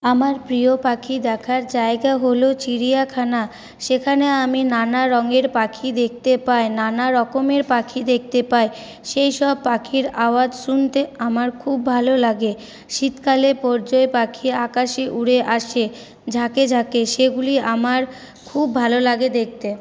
আমার প্রিয় পাখি দেখার জায়গা হল চিড়িয়াখানা সেখানে আমি নানা রঙের পাখি দেখতে পাই নানারকমের পাখি দেখতে পাই সেই সব পাখির আওয়াজ শুনতে আমার খুব ভালোলাগে শীতকালে পরিযায়ী পাখি আকাশে উড়ে আসে ঝাঁকে ঝাঁকে সেগুলি আমার খুব ভালো লাগে দেখতে